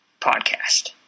Podcast